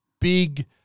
big